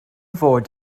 fod